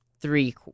three